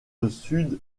sud